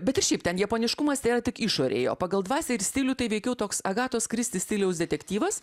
bet šiaip ten japoniškumas tėra tik išorėje o pagal dvasią ir stilių tai veikiau toks agatos kristi stiliaus detektyvas